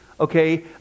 Okay